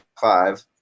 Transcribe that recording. five